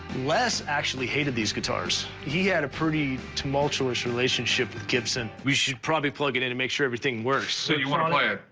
les actually hated these guitars. he had a pretty tumultuous relationship with gibson. we should probably plug it in and make sure everything works. so you want to play it.